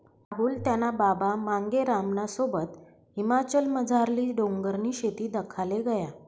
राहुल त्याना बाबा मांगेरामना सोबत हिमाचलमझारली डोंगरनी शेती दखाले गया